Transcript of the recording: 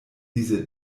diese